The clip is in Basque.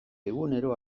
egunero